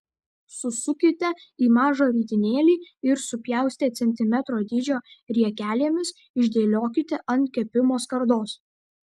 susukite į mažą ritinėlį ir supjaustę centimetro dydžio riekelėmis išdėliokite ant kepimo skardos